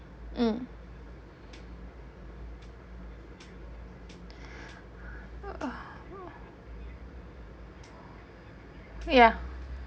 mm ah yeah